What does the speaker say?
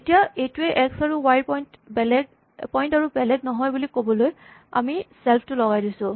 এতিয়া এইটোৱেই এক্স আৰু ৱাই ৰ পইন্ট আৰু বেলেগ নহয় বুলি ক'বলৈ আমি ইয়াৰ আগত ছেল্ফ টো লগাই দিলোঁ